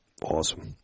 Awesome